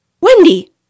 Wendy